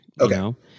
Okay